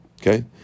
okay